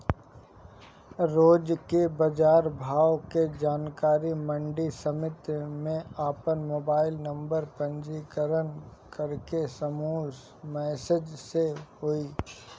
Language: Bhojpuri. रोज के बाजार भाव के जानकारी मंडी समिति में आपन मोबाइल नंबर पंजीयन करके समूह मैसेज से होई?